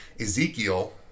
Ezekiel